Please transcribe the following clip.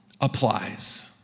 applies